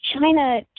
China